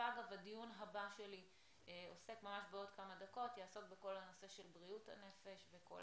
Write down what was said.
ואגב הדיון הבא שלי ממש בעוד כמה דקות יעסוק בנושא של בריאות הנפש וכל